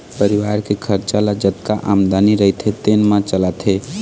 परिवार के खरचा ल जतका आमदनी रहिथे तेने म चलाथे